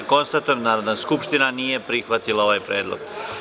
Konstatujem da Narodna skupština nije prihvatila ovaj predlog.